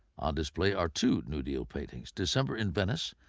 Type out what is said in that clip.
on display are two new deal paintings december in venice,